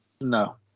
No